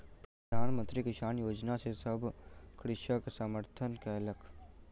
प्रधान मंत्री किसान योजना के सभ कृषक समर्थन कयलक